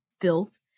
filth